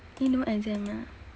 eh no exam ah